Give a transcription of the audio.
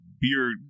beer